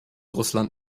russland